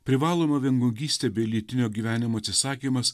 privaloma viengungystė bei lytinio gyvenimo atsisakymas